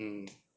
mm